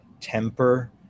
temper